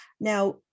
Now